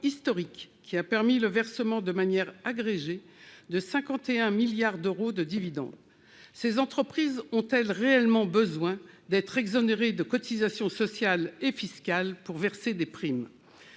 qui a permis de verser de manière agrégée 51 milliards d'euros de dividendes. Ces entreprises ont-elles réellement besoin d'être exonérées de cotisations sociales et fiscales pour verser des primes ?